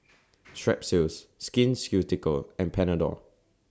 Strepsils Skin Ceuticals and Panadol